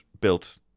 built